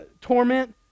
torment